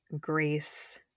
Grace